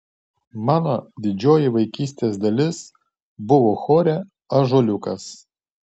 mano didžioji vaikystės dalis buvo chore ąžuoliukas